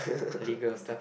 legal stuff